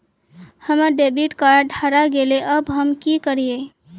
हमर debit card हरा गेले अब हम की करिये?